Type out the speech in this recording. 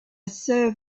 serve